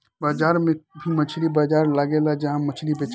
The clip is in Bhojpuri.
बाजार में भी मछली बाजार लगेला जहा मछली बेचाले